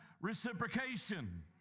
reciprocation